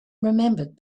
remembered